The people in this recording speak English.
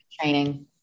training